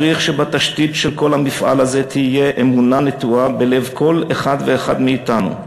צריך שבתשתית כל המפעל הזה תהיה אמונה נטועה בלב כל אחד ואחד מאתנו.